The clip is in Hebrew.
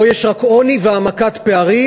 פה יש רק עוני והעמקת פערים,